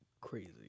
Crazy